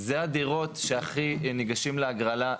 אלו הדירות שהכי ניגשים להגרלה,